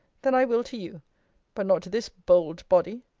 then i will to you but not to this bold body.